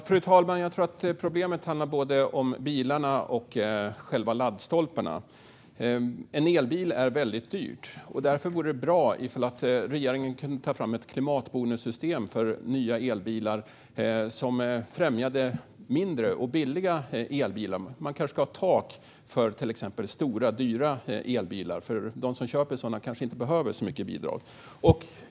Fru talman! Jag tror att problemet handlar om både bilarna och själva laddstolparna. En elbil är väldigt dyr. Därför vore det bra ifall regeringen kunde ta fram ett klimatbonussystem för nya elbilar för att främja mindre och billiga elbilar. Man kanske ska ha tak gällande till exempel stora dyra elbilar, för de som köper sådana kanske inte behöver så mycket bidrag.